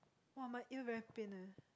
!wah! my ear very pain eh